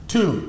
Two